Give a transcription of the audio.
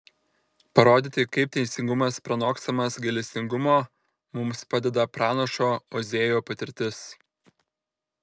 parodyti kaip teisingumas pranokstamas gailestingumo mums padeda pranašo ozėjo patirtis